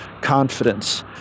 confidence